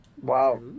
Wow